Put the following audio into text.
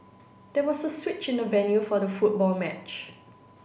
there was a switch in the venue for the football match